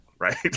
Right